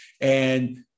And-